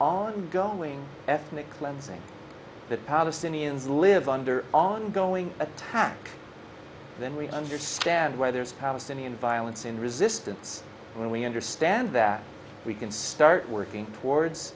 ongoing ethnic cleansing that palestinians live under ongoing attack then we understand whether it's palestinian violence in resistance when we understand that we can start working